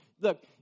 Look